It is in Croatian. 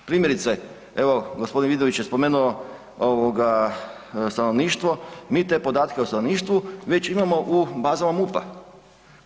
Primjerice, evo gospodin Vidović je spomenuo stanovništvo, mi te podatke o stanovništvu već imamo u bazama MUP-a.